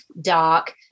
dark